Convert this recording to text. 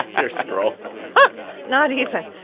here. scroll not even